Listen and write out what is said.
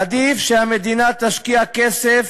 עדיף שהמדינה תשקיע כסף